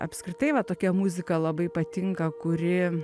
apskritai va tokia muzika labai patinka kuri